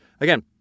again